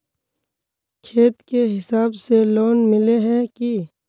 खेत के हिसाब से लोन मिले है की?